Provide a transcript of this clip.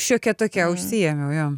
šiokia tokia užsiėmiau jo